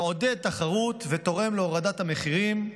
מעודד תחרות ותורם להורדת המחירים,